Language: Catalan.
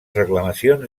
reclamacions